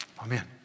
amen